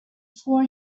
four